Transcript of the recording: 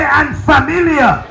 unfamiliar